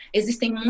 existem